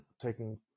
taking